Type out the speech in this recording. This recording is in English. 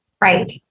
Right